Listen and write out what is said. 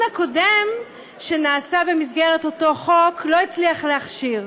הקודם שנעשה במסגרת אותו חוק לא הצליח להכשיר.